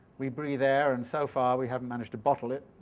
we breathe air and so far we haven't managed to bottle it,